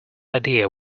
idea